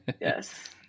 yes